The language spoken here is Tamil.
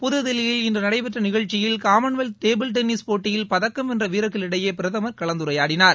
புதுதில்லியில் இன்று நடைபெற்ற நிகழ்ச்சியில் காமன்வெல்த் டேபிள் டென்னிஸ் போட்டியில் பதக்கம் வென்ற வீரர்களிடையே பிரதமர் கலந்துரையாடினார்